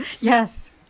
yes